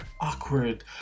awkward